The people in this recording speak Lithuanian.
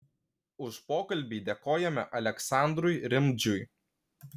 už pokalbį dėkojame aleksandrui rimdžiui